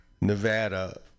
Nevada